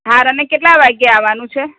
હા અને કેટલાં વાગ્યે આવવાનું છે